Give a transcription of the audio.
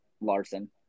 Larson